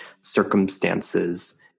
circumstances